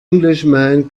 englishman